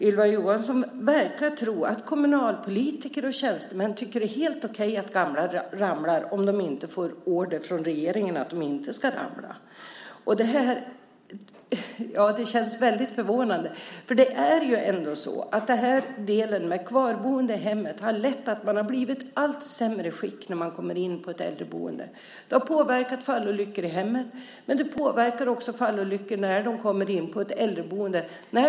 Ylva Johansson verkar tro att kommunalpolitiker och tjänstemän tycker att det är helt okej att gamla ramlar om de inte får order från regeringen att de inte ska ramla. Det känns väldigt förvånande. Kvarboende i hemmet har lett till att man blivit i allt sämre skick när man kommer in på ett äldreboende. Det har påverkat fallolyckor i hemmet, men det påverkar också fallolyckor på äldreboendet.